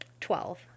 Twelve